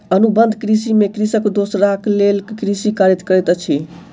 अनुबंध कृषि में कृषक दोसराक लेल कृषि कार्य करैत अछि